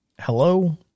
hello